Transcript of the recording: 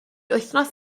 wythnos